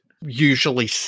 usually